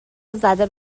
زده